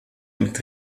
mit